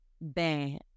bad